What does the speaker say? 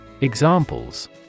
Examples